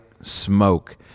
smoke